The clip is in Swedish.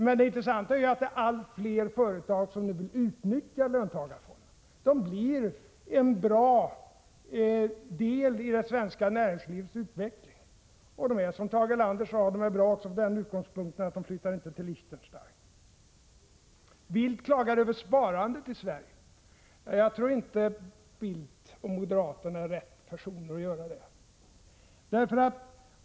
Men det intressanta är att allt fler företag vill utnyttja löntagarfonderna — de blir en bra del i det svenska näringslivets utveckling. Och de är, som Tage Erlander sade, bra också från den utgångspunkten att de inte flyttar till Liechtenstein. Carl Bildt klagar över sparandet i Sverige. Jag tycker inte att moderaterna och Carl Bildt är de rätta personerna att göra det.